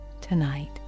tonight